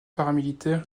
paramilitaires